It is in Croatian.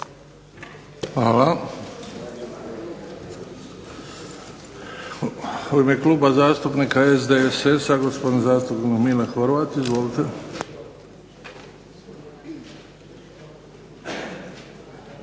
Hvala. U ime Kluba zastupnika SDSS-a, gospodin zastupnik Mile Horvat. Izvolite.